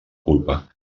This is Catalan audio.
culpa